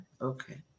Okay